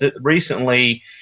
recently